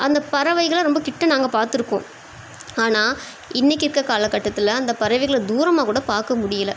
அந்த பறவைகளெல்லாம் ரொம்பக் கிட்டே நாங்கள் பார்த்துருக்கோம் ஆனால் இன்னிக்கி இருக்கற காலகட்டத்தில் அந்த பறகைளை தூரமாகக்கூட பார்க்க முடியலை